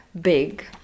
big